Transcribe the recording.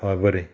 हय बरें